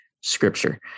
Scripture